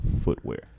footwear